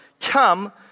Come